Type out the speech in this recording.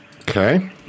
Okay